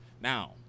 Now